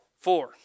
Four